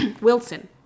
wilson